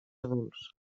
adults